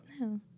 No